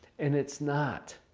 and it's not.